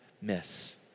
miss